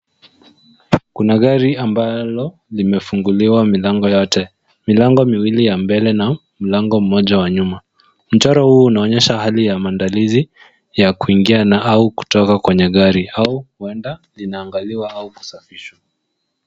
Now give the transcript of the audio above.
Kuna gari ambalo limefunguliwa milango yote. Milango miwili ya mbele na mlango mmoja wa nyuma. Mchoro huu unaonyesha hali ya maandalizi ya kuingia au kutoka kwenye gari au huenda linangaliwa au kusafishwa.